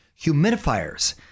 Humidifiers